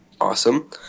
Awesome